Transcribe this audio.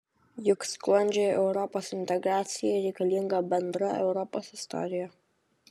juk sklandžiai europos integracijai reikalinga bendra europos istorija